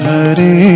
Hare